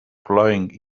flying